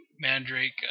Mandrake